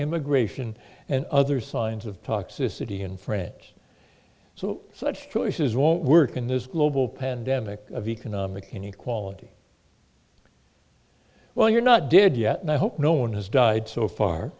immigration and other signs of toxicity in french so such choices won't work in this global pandemic of economic inequality well you're not dead yet and i hope no one has died so far